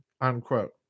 unquote